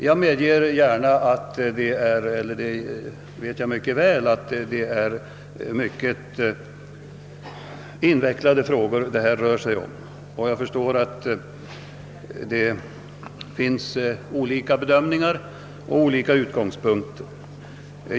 Jag vet mycket väl att det här rör sig om i hög grad invecklade frågor och att det kan bli fråga om olika bedömningar från olika utgångspunkter.